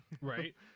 Right